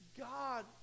God